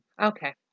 Okay